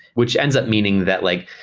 which ends up meaning that like,